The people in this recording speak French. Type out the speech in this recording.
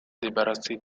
débarrasser